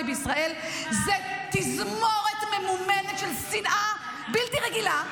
בישראל זה תזמורת ממומנת של שנאה בלתי רגילה,